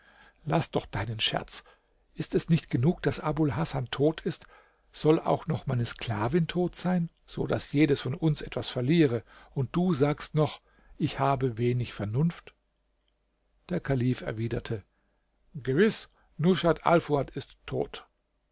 laß doch deinen scherz ist es nicht genug daß abul hasan tot ist soll auch noch meine sklavin tot sein so daß jedes von uns etwas verliere und du sagst noch ich habe wenig vernunft der kalif erwiderte gewiß rushat alfuad ist tot